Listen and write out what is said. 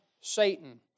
Satan